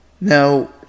Now